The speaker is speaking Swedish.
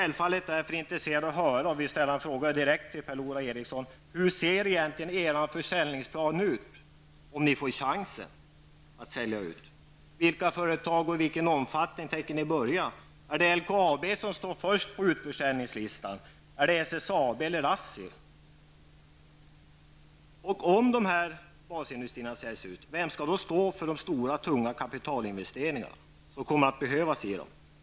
Låt mig ställa några direkta frågor till Per-Ola Eriksson: Hur ser egentligen er försäljningsplan ut, om ni nu får chansen att sälja ut företag? Vilka företag tänker ni börja med, och i vilken omfattning kommer ni att sälja ut? Är det LKAB som står först på utförsäljningslistan eller är det SSAB eller Om dessa basindustrier säljs ut, vem skall då stå för de stora och tunga kapitalinvesteringar som kommer att behövas i basindustrierna?